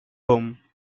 home